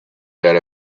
that